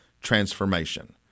transformation